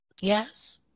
yes